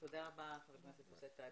תודה רבה חבר הכנסת יוסף טייב.